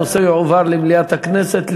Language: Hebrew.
הנושא יועבר למליאת הכנסת,